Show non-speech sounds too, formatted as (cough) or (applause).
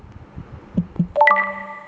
(noise)